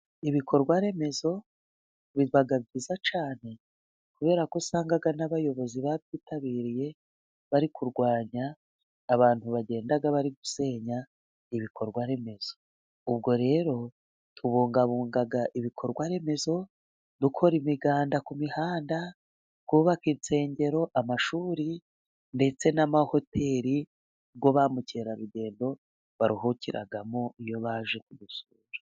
Ibikorwaremezo biba byiza cyane kubera ko usanga n'abayobozi babyitabiriye, bari kurwanya abantu bagenda bari gusenya ibikorwa remezo. Ubwo rero tubungabunga ibikorwa remezo dukora imiganda ku mihanda, twubaka insengero, amashuri ndetse n'amahoteri yo ba mukerarugendo baruhukiramo iyo baje kudusura.